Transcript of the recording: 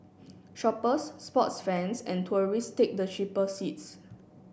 shoppers sports fans and tourists take the cheaper seats